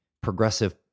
progressive